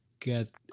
get